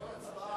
חברי הכנסת,